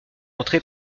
entrer